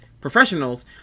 professionals